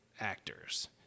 actors